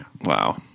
Wow